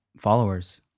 followers